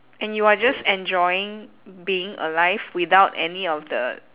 and you are just enjoying being alive without any of the